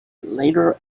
later